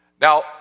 Now